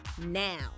now